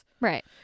Right